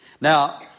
Now